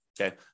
Okay